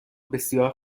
بسیار